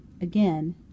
again